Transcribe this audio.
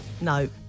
No